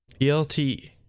ELT